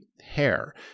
hair